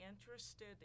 interested